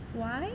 why